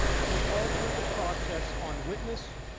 to alter the process on witness,